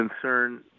concern